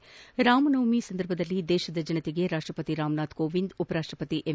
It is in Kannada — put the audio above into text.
ಶ್ರೀರಾಮನವಮಿ ಸಂದರ್ಭದಲ್ಲಿ ದೇಶದ ಜನತೆಗೆ ರಾಷ್ಷಪತಿ ರಾಮನಾಥ್ ಕೋವಿಂದ್ ಉಪರಾಷ್ಷಪತಿ ಎಂ